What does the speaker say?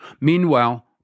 Meanwhile